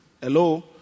hello